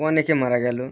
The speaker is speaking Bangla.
অনেকে মারা গেলো